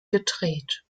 gedreht